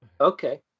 Okay